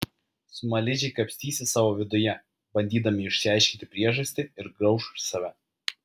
smaližiai kapstysis savo viduje bandydami išsiaiškinti priežastį ir grauš save